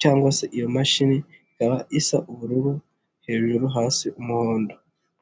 cyangwa se iyo mashini ika isa ubururu hejuru hasi umuhondo.